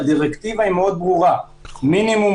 כאשר הדירקטיבה היא מאוד ברורה: מינימום